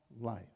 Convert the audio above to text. life